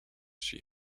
she